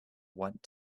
want